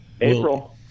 April